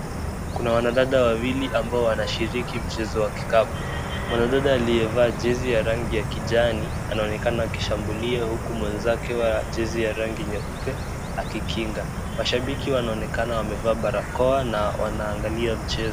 Kuna wanadada wawili ambao wanashiriki mchezo wa kikapu. Mwanadada aliyevaa jezi ya rangi ya kijani, anaonekana akishambulia huku mwenzake wa jezi ya rangi nyeupe akikinga. Mashabiki wanonekana wamevaa barakoa na wanaangalia mchezo.